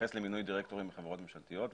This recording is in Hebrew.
שמתייחס למינוי דירקטורים בחברות ממשלתיות.